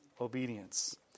obedience